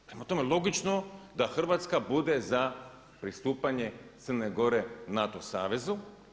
Prema tome, logično da Hrvatska bude za pristupanje Crne Gore NATO savezu.